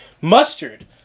mustard